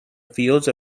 fields